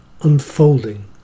unfolding